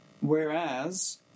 Whereas